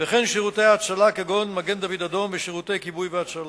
וכן שירותי הצלה כגון מגן-דוד-אדום ושירותי כיבוי והצלה.